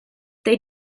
they